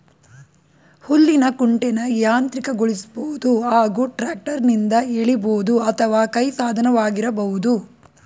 ಹುಲ್ಲಿನ ಕುಂಟೆನ ಯಾಂತ್ರೀಕೃತಗೊಳಿಸ್ಬೋದು ಹಾಗೂ ಟ್ರ್ಯಾಕ್ಟರ್ನಿಂದ ಎಳಿಬೋದು ಅಥವಾ ಕೈ ಸಾಧನವಾಗಿರಬಹುದು